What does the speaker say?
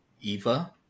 Eva